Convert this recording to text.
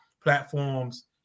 platforms